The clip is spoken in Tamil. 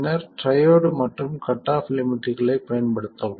பின்னர் ட்ரையோட் மற்றும் கட் ஆஃப் லிமிட்களை பயன்படுத்தவும்